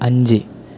അഞ്ച്